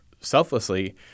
selflessly